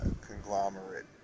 conglomerate